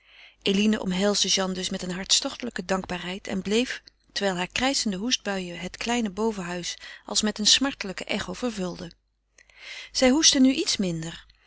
eline omhelsde jeanne dus met een hartstochtelijke dankbaarheid en bleef terwijl hare krijschende hoestbuien het kleine bovenhuis als met eene smartelijke echo vervulden zij hoestte nu iets minder